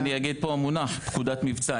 כן, יש פקודת מבצע,